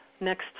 next